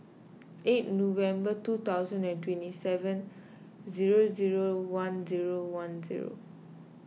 eight November two thousand and twenty seven zero zero one zero one zero